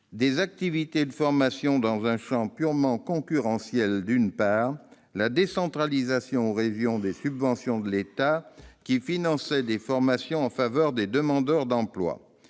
des activités de formation dans un champ purement concurrentiel, d'autre part, la décentralisation aux régions des subventions de l'État qui finançaient des formations en faveur des demandeurs d'emploi.